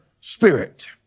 spirit